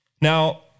Now